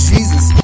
Jesus